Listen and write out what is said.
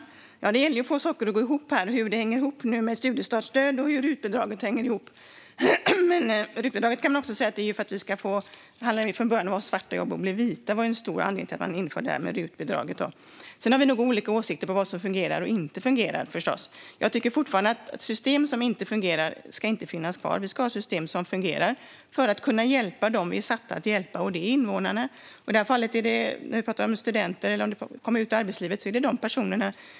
Fru talman! Det gäller att få saker att gå ihop. Hur hänger studiestartsstöd och RUT-bidraget ihop? Från början var det en stor anledning att RUT-bidraget skulle göra svarta jobb vita. Sedan har vi nog olika åsikter om vad som fungerar och inte fungerar. Jag tycker fortfarande att system som inte fungerar inte ska finnas kvar. Vi ska ha system som fungerar för att vi ska kunna hjälpa dem som vi är satta att hjälpa. I det här fallet talar jag om att hjälpa invånare och studenter att komma ut i arbetslivet.